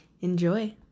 enjoy